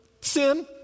Sin